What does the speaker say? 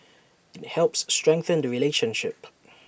IT helps strengthen the relationship